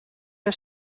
der